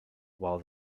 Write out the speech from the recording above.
while